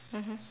mmhmm